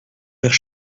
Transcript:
faire